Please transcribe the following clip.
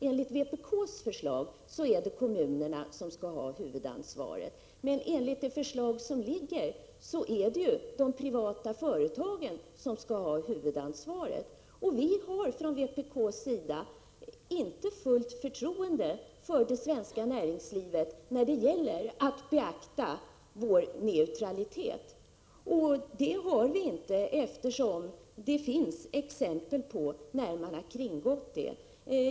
Enligt vpk:s förslag är det kommunerna som skall ha huvudansvaret, men enligt det förslag som ligger är det de privata företagen som skall ha huvudansvaret, och vi har från vpk:s sida inte fullt förtroende för det svenska näringslivet när det gäller att beakta neutralitetsbestämmelserna. Det förtroendet har vi inte, eftersom det finns exempel på att man har kringgått reglerna.